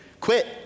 quit